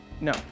No